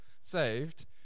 saved